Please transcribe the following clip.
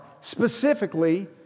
specifically